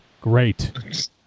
great